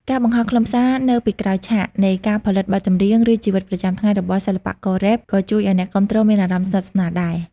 ការបង្ហោះខ្លឹមសារនៅពីក្រោយឆាក នៃការផលិតបទចម្រៀង ឬជីវិតប្រចាំថ្ងៃរបស់សិល្បកររ៉េប ក៏ជួយឲ្យអ្នកគាំទ្រមានអារម្មណ៍ស្និទ្ធស្នាលដែរ។